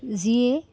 যিয়ে